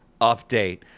update